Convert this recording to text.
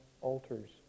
altars